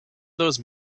those